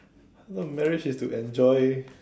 no marriage is to enjoy